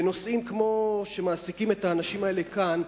בנושאים כמו אלה שמעסיקים את האנשים האלה כאן,